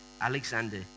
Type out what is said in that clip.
Alexander